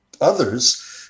others